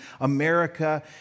America